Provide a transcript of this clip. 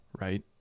right